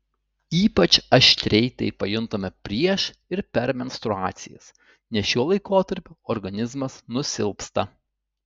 ypač aštriai tai pajuntame prieš ir per menstruacijas nes šiuo laikotarpiu organizmas nusilpsta